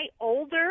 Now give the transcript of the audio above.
older